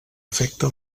efecte